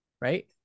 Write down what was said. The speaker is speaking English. right